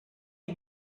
you